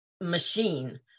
machine